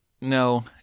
No